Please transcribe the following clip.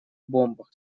бомбах